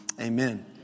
Amen